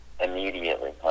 Immediately